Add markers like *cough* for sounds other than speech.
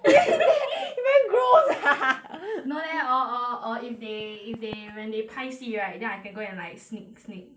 *laughs* very gross no leh uh uh uh if they if they when they 拍戏 right then I can go and like sneak sneak